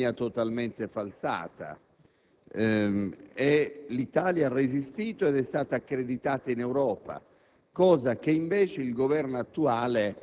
da un'economia totalmente falsata. L'Italia ha resistito ed è stata accreditata in Europa,